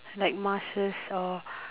like masks or